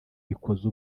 bikoze